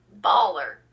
Baller